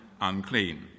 unclean